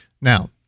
Now